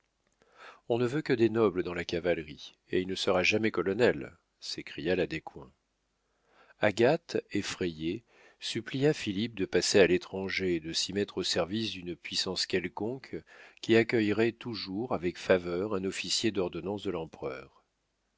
on ne veut que des nobles dans la cavalerie et il ne sera jamais colonel s'écria la descoings agathe effrayée supplia philippe de passer à l'étranger et de s'y mettre au service d'une puissance quelconque qui accueillerait toujours avec faveur un officier d'ordonnance de l'empereur